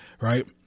Right